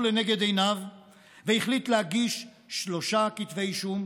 לנגד עיניו והחליט להגיש שלושה כתבי אישום,